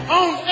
on